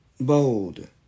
bold